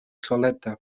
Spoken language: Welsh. toiledau